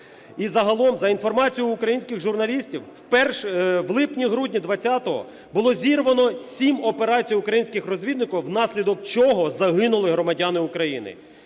І загалом, за інформацією українських журналістів, в липні-грудні 20-го було зірвано сім операцій українських розвідників, внаслідок чого загинули громадяни України.